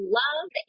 love